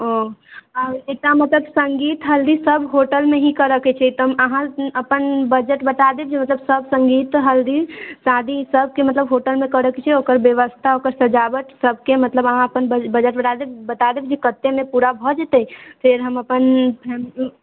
ओ आओर एकटा मतलब सङ्गीत हल्दीसब होटलमे ही करैके छै तऽ हम अहाँ अपन बजट बता देब कि सभ सङ्गीत हल्दी शादी मतलब सब होटलमे करैके छै ओकर बेबस्था ओकर सजावट सभके मतलब अहाँ अपन बजट बता देब जे कतेकमे पूरा भऽ जेतै फेर हम अपन फैम